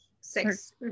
six